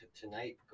Tonight